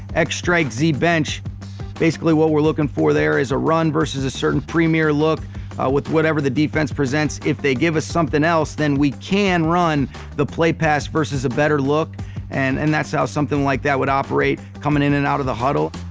x strike z bench basically what we're looking for there is a run versus a certain premier look with whatever the defense presents if they give us something else then we can run the pass versus a better look and and that's how something like that would operate coming in and out of the huddle